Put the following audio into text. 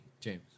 James